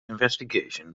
investigation